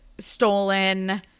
stolen